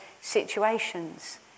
situations